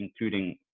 including